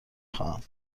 خواهم